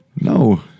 No